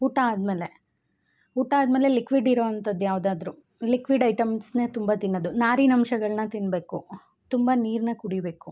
ಊಟ ಆದಮೇಲೆ ಊಟ ಆದಮೇಲೆ ಲಿಕ್ವಿಡ್ ಇರೋ ಅಂಥದ್ ಯಾವುದಾದ್ರು ಲಿಕ್ವಿಡ್ ಐಟೆಮ್ಸ್ನೇ ತುಂಬ ತಿನ್ನೊದು ನಾರಿನಂಶಗಳನ್ನ ತಿನ್ನಬೇಕು ತುಂಬ ನೀರನ್ನ ಕುಡಿಬೇಕು